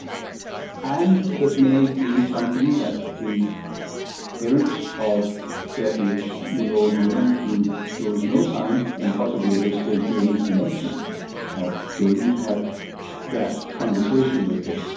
and it may be something that the parents of a thirty ish year old woman who shows no sign and possibly at this stage no inclination to have children, to have that conversation with her,